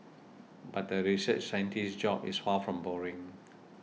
but the research scientist's job is far from boring